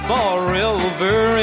Forever